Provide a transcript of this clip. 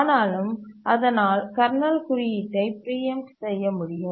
ஆனாலும் அதனால் கர்னல் குறியீட்டை பிரீஎம்ட் செய்ய முடியும்